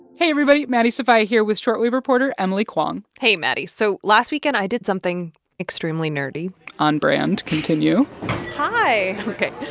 hey, everybody. maddie sofia here with short wave reporter emily kwong hey, maddie. so last weekend, i did something extremely nerdy on brand. continue hi ok.